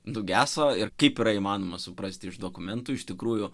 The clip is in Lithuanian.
nugeso ir kaip yra įmanoma suprasti iš dokumentų iš tikrųjų